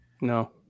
no